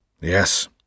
Yes